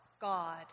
God